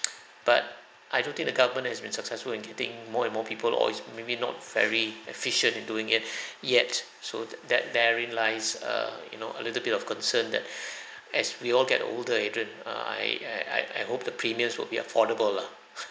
but I don't think the government has been successful in getting more and more people or it's maybe not very efficient doing in it yet so t~ that therein lies a you know a little bit of concern that as we all get older adrian err I I I hope the premiums will be affordable lah